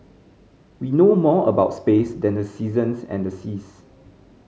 we know more about space than the seasons and the seas